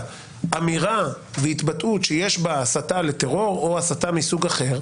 אמירה והתבטאות שיש בה הסתה לטרור או הסתה מסוג אחר,